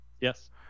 Yes